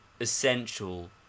essential